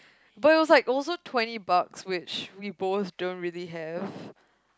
but it was like also twenty bucks which we both don't really have